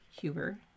Huber